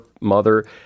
mother